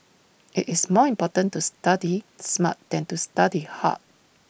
IT is more important to study smart than to study hard